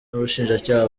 n’ubushinjacyaha